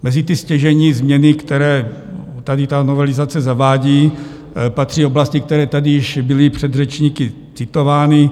Mezi stěžejní změny, které tady ta novelizace zavádí, patří oblasti, které tady již byly předřečníky citovány.